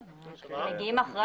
כן, הם מגיעים אחרי